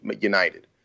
United